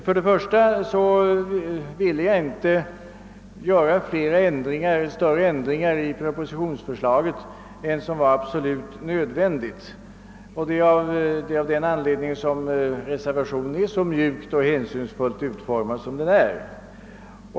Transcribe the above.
För det första ville jag inte göra större ändringar i propositionsförslaget än som var absolut nödvändigt. Det är av denna anledning som reservationen är så mjukt och hänsynsfullt utformad som den är.